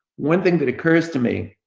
one thing but occurs to me